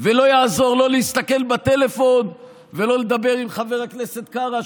ולא יעזור לא להסתכל בטלפון ולא לדבר עם חבר הכנסת קארה,